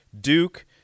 Duke